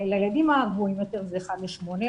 לילדים הגבוהים יותר זה 1 ל-8,